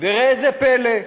וראה זה פלא,